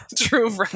true